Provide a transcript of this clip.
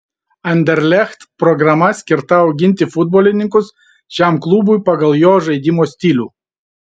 anderlecht programa skirta auginti futbolininkus šiam klubui pagal jo žaidimo stilių